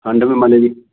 हाँ double malaria